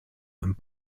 and